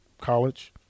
college